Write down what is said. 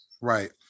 Right